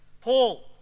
Paul